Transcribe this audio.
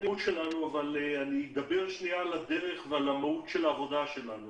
מילים על החיסון שלנו אבל קודם אדבר על הדרך ועל המהות של העבודה שלנו.